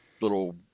little